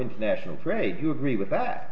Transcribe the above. international trade you agree with that